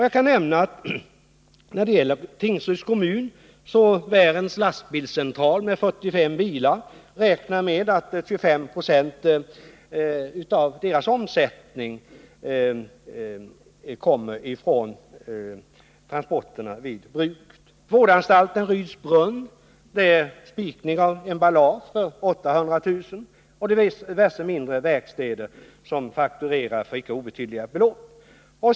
Jag kan när det gäller Tingsryds kommun nämna att Värends lastbilscentral med 45 bilar räknar med att 25 20 av omsättningen kommer från transporterna åt bruket. Vårdanstalten Ryds Brunn utför spikning av emballage för 800 000 kr., och diverse mindre verkstäder faktureras icke obetydliga belopp.